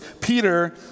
Peter